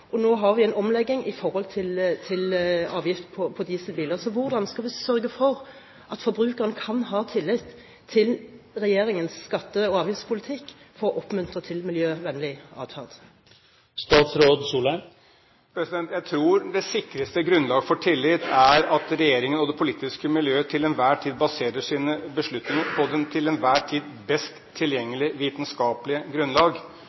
og nå har vi en omlegging av avgift på dieselbiler. Så hvordan skal vi sørge for at forbrukerne kan ha tillit til regjeringens skatte- og avgiftspolitikk med tanke på å oppmuntre til miljøvennlig adferd? Jeg tror det sikreste grunnlag for tillit er at regjeringen og det politiske miljø til enhver tid baserer sine beslutninger på det til enhver tid best tilgjengelige vitenskapelige grunnlag.